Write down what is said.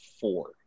four